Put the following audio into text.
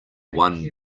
one